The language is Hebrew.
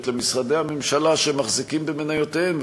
למשרדי הממשלה שמחזיקים במניותיהן,